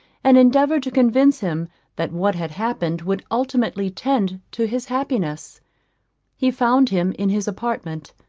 and endeavour to convince him that what had happened would ultimately tend to his happiness he found him in his apartment,